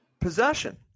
possession